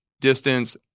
distance